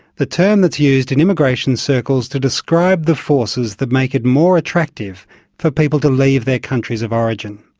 the term that's used in immigration circles to describe the forces that make it more attractive for people to leave their countries of origin.